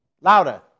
Louder